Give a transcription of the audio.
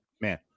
Man